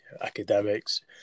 academics